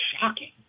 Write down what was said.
shocking